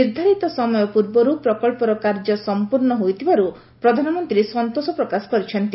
ନିର୍ଦ୍ଧାରିତ ସମୟର ପୂର୍ବରୁ ପ୍ରକଳ୍ପର କାର୍ଯ୍ୟ ସଂପୂର୍ଣ୍ଣ ହୋଇଥିବାରୁ ପ୍ରଧାନମନ୍ତ୍ରୀ ସନ୍ତୋଷ ପ୍ରକାଶ କରିଛନ୍ତି